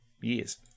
years